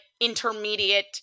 intermediate